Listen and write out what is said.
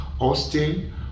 Austin